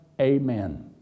Amen